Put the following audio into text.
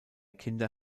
kinder